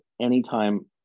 anytime